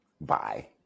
Bye